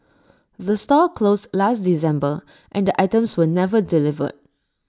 the store closed last December and items were never delivered